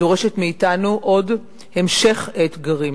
דורשת מאתנו עוד המשך אתגרים.